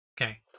Okay